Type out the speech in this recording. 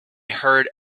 heard